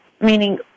meaning